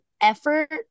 effort